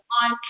on